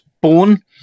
born